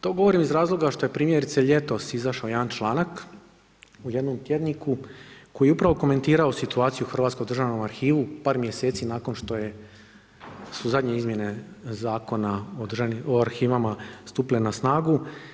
To govorim iz razloga što je primjerice ljetos izašao jedan članak u jednom tjedniku koji je upravo komentirao situaciju u Hrvatskom državnom arhivu par mjeseci nakon što je su zadnje izmjene Zakona o arhivima stupile na snagu.